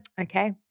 okay